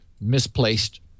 misplaced